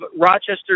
Rochester